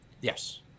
Yes